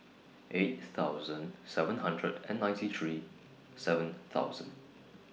eight thousand seven hundred and ninety three seven thousand